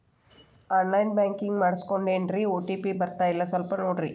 on line banking ಮಾಡಿಸ್ಕೊಂಡೇನ್ರಿ OTP ಬರ್ತಾಯಿಲ್ಲ ಸ್ವಲ್ಪ ನೋಡ್ರಿ